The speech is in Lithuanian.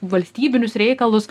valstybinius reikalus